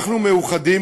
אנחנו מאוחדים,